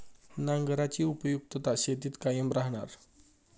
नांगराची उपयुक्तता शेतीत कायम राहणार